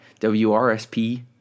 WRSP